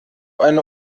eine